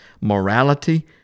morality